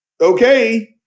okay